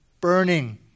burning